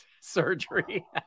surgery